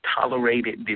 tolerated